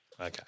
Okay